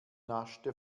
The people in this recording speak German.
naschte